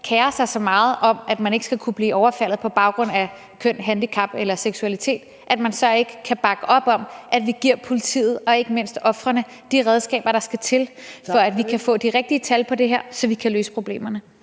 kerer sig så meget om, at nogen ikke skal kunne blive overfaldet på baggrund af køn, handicap eller seksualitet, så ikke kan bakke op om, at vi giver politiet og ikke mindst ofrene de redskaber, der skal til, for at vi kan få de rigtige tal i forhold til det her, så vi kan løse problemerne.